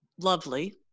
lovely